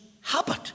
habit